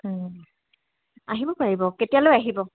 ওম আহিব পাৰিব কেতিয়ালৈ আহিব